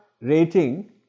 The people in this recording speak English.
rating